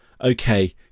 okay